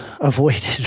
avoided